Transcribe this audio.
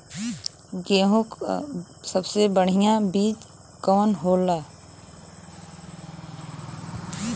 गेहूँक सबसे बढ़िया बिज कवन होला?